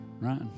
right